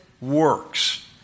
works